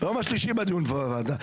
ביום השלישי בדיון בוועדה.